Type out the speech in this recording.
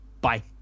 Bye